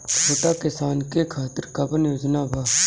छोटा किसान के खातिर कवन योजना बा?